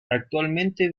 actualmente